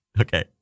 Okay